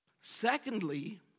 Secondly